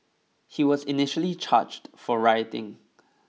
he was initially charged for rioting